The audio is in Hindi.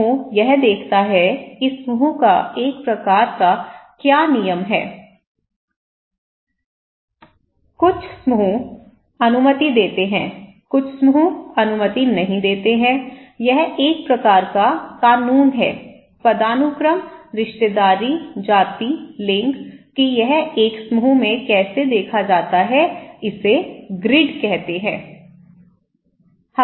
एक समूह यह देखता है कि समूह का एक प्रकार का क्या नियम है कुछ समूह अनुमति देते हैं कुछ समूह अनुमति नहीं देते हैं यह एक प्रकार का कानून है पदानुक्रम रिश्तेदारी जाति लिंग कि यह एक समूह में कैसे देखा जाता है इसे ग्रिड कहा जाता है